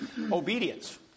Obedience